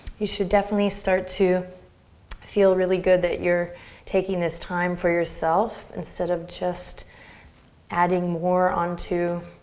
you should definitely start to feel really good that you're taking this time for yourself instead of just adding more on to